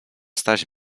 staś